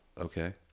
Okay